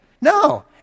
No